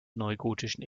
neugotischen